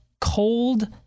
Cold